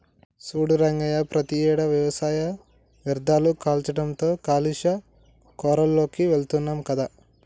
సూడు రంగయ్య ప్రతియేడు వ్యవసాయ వ్యర్ధాలు కాల్చడంతో కాలుష్య కోరాల్లోకి వెళుతున్నాం కదా